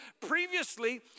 Previously